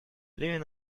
левин